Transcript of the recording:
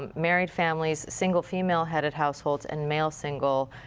married families, single female head of households and male single.